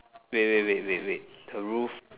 wait wait wait wait wait the roof